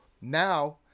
now